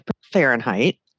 Fahrenheit